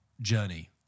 journey